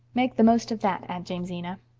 make the most of that, aunt jamesina.